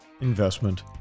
investment